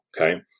Okay